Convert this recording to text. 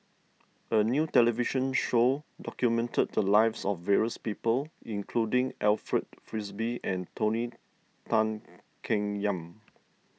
a new television show documented the lives of various people including Alfred Frisby and Tony Tan Keng Yam